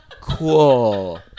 Cool